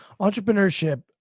Entrepreneurship